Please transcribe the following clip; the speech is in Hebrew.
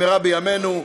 במהרה בימינו,